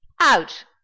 out